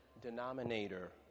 denominator